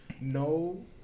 No